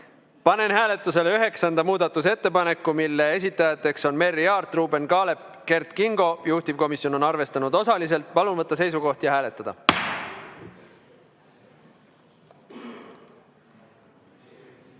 Panen hääletusele üheksanda muudatusettepaneku, mille esitajateks on Merry Aart, Ruuben Kaalep, Kert Kingo. Juhtivkomisjon on seda arvestanud osaliselt. Palun võtta seisukoht ja hääletada!